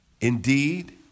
Indeed